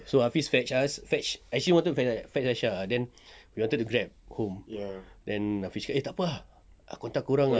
so hafiz fetch us fetch actually wanted to fetch fetch aisyah then we wanted to grab home then hafiz cakap eh tak apa ah aku hantar korang ah